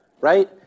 right